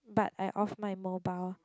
but I off my mobile